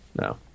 no